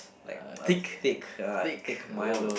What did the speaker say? uh thick thick oh